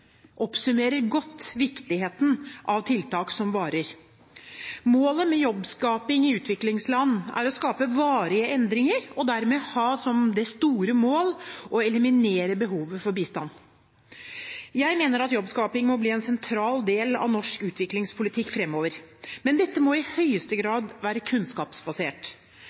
oppsummerer godt viktigheten av tiltak som varer. Målet med jobbskaping i utviklingsland er å skape varige endringer og dermed ha som det store mål å eliminere behovet for bistand. Jeg mener at jobbskaping må bli en sentral del av norsk utviklingspolitikk fremover. Men dette må i høyeste grad være kunnskapsbasert.